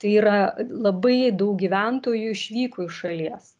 tai yra labai daug gyventojų išvyko iš šalies